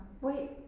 Wait